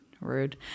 Rude